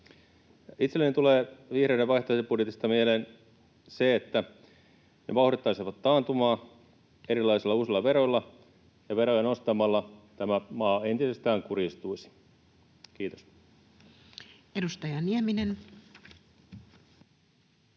Itselleni tulee vihreiden vaihtoehtobudjetista mieleen se, että he vauhdittaisivat taantumaa erilaisilla uusilla veroilla, ja veroja nostamalla tämä maa entisestään kurjistuisi. — Kiitos. [Speech